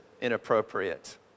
inappropriate